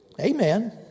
Amen